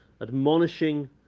admonishing